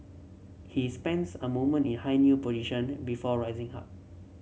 he spends a moment in high kneel position before rising up